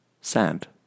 Sand